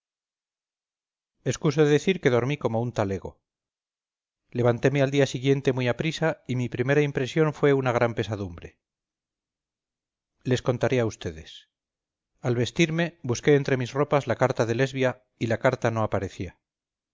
inés excuso decir que dormí como un talego levanteme al día siguiente muy a prisa y mi primera impresión fue una gran pesadumbre les contaré a ustedes al vestirme busqué entre mis ropas la carta de lesbia y la carta no parecía